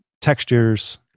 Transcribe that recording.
textures